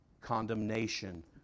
condemnation